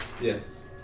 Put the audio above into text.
Yes